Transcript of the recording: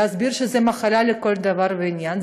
להסביר שזו מחלה לכל דבר ועניין,